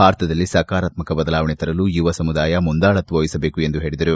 ಭಾರತದಲ್ಲಿ ಸಕಾರಾತ್ಸಕ ಬದಲಾವಣೆ ತರಲು ಯುವ ಸಮ್ನಿದಾಯ ಮುಂದಾಳತ್ವ ವಹಿಸಬೇಕು ಎಂದು ಹೇಳಿದರು